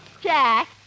Jack